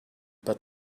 but